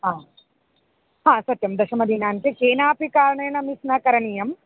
हा हा सत्यं दशमदिनाङ्के केनापि कारणेन मिस् न करणीयम्